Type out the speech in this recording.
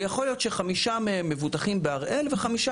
ויכול להיות שחמישה מהם מבוטחים בהראל וחמישה